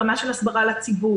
ברמה של הסברה לציבור.